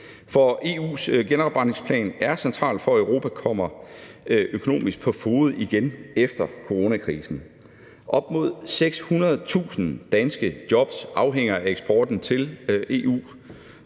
EU's genopretningsplan er central for, at Europa kommer økonomisk på fode igen efter coronakrisen. Op mod 600.000 danske jobs afhænger af eksporten til EU,